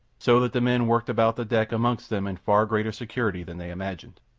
so that the men worked about the deck amongst them in far greater security than they imagined.